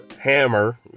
hammer